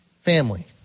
family